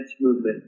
movement